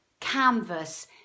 Canvas